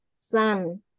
sun